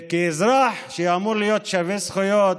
כאזרח הוא אמור להיות שווה זכויות